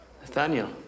Nathaniel